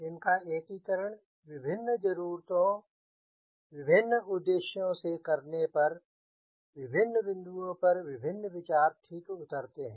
इनका एकीकरण विभिन्न ज़रूरतों विभिन्न उद्देश्यों से करने पर विभिन्न बिंदुओं पर विभिन्न विचार ठीक उतरते हैं